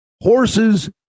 horses